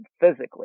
physically